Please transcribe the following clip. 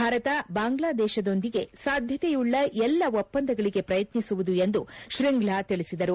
ಭಾರತ ಬಾಂಗ್ಲಾದೇಶದೊಂದಿಗೆ ಸಾಧ್ಯತೆಯುಳ್ಳ ಎಲ್ಲ ಒಪ್ಪಂದಗಳಗೆ ಪ್ರಯತ್ನಿಸುವುದು ಎಂದು ಶ್ರೀಂಘ್ಲಾ ತಿಳಿಸಿದರು